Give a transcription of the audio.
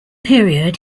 period